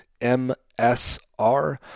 MSR